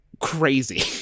crazy